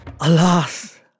Alas